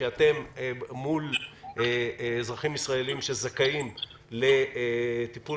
כשאתם מול אזרחים ישראלים שזכאים לטיפול